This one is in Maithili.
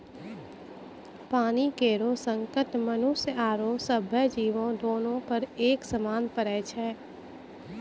पानी केरो संकट मनुष्य आरो सभ्भे जीवो, दोनों पर एक समान पड़ै छै?